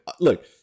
look